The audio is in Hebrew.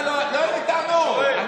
אין לי טענות.